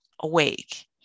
awake